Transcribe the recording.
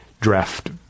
draft